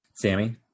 Sammy